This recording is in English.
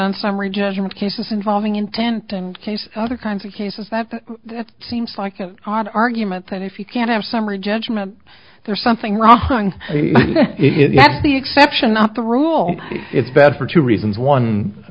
on summary judgment cases involving intent and case other kinds of cases that that seems like an odd argument that if you can have summary judgment there's something wrong if that's the exception not the rule it's bad for two reasons one i